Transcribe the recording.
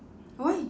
why